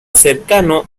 cercano